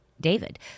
David